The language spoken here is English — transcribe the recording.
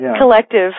collective